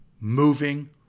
moving